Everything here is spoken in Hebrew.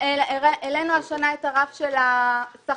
העלינו השנה את הרף של השכר.